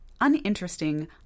uninteresting